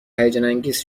هیجانانگیز